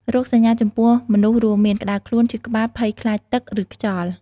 រោគសញ្ញាចំពោះមនុស្សរួមមាន ក្តៅខ្លួន ឈឺក្បាល ភ័យខ្លាចទឹក ឬខ្យល់។